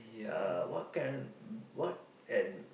uh what kind what and